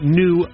new